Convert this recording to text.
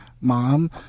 mom